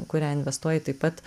kurią investuoji taip pat